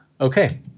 okay